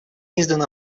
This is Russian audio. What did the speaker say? издана